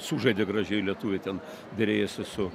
sužaidė gražiai lietuviai ten derėjosi su